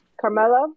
Carmelo